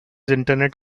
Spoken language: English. internet